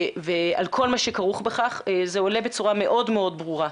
על כל מה שכרוך בכך, זה עולה בצורה מאוד ברורה.